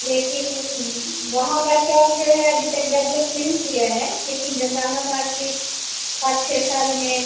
लेकिन वहाँ का चौक जो है अभी तक डेवलप नहीं किया है लेकिन जंदहा मार्किट पाँच छः साल में